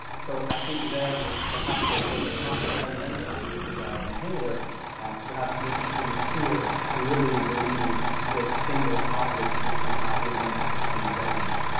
so i think there, there's perhaps sort of both a conscious and an unconscious desire in himmler to perhaps binterested in the spear and yeah literally believing this single object would somehow give them an advantage.